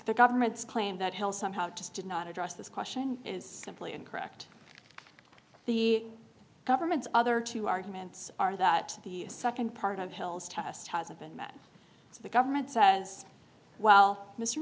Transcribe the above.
the government's claim that hill somehow just did not address this question is simply incorrect the government's other two arguments are that the nd part of hill's test hasn't been met so the government says well m